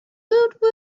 woot